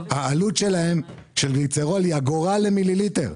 העלות שלהם, של גליצרול, היא אגורה למיליליטר.